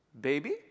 Baby